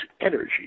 energy